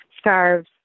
scarves